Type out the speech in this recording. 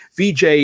VJ